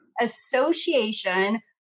association